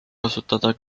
kasutada